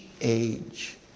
age